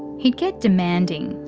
he'd get demanding.